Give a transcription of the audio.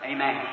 Amen